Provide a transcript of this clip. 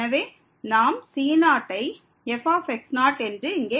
எனவே நாம் c0 ஐ f என்று இங்கே